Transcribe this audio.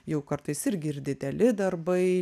jau kartais irgi ir dideli darbai